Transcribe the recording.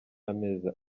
y’amezi